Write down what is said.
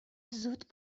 زود